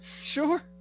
Sure